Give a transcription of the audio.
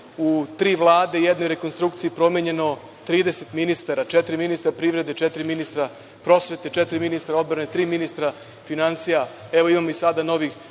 u tri vlade, u jednoj rekonstrukciji promenjeno 30 ministara, četiri ministra privrede, četiri ministra prosvete, četiri ministra odbrane, tri ministra finansija. Evo, imamo i sada novih